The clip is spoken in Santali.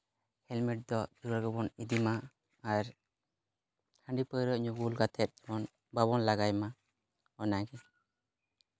ᱦᱮᱞᱢᱮᱴ ᱫᱚ ᱡᱟᱹᱨᱩᱲ ᱜᱮᱵᱚᱱ ᱤᱫᱤᱢᱟ ᱟᱨ ᱦᱟ ᱰᱤ ᱯᱟᱹᱣᱨᱟᱹ ᱧᱩ ᱵᱩᱞ ᱠᱟᱛᱮ ᱵᱚᱱ ᱵᱟᱵᱚᱱ ᱞᱟᱜᱟᱭᱢᱟ ᱚᱱᱟᱜᱮ